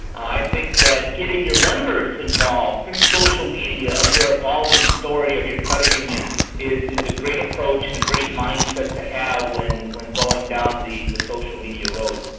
i think that getting your members involved through social media of your evolving story of your credit union is is a great approach and a great mindset to have when when going down the the social media road.